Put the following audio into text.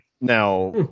now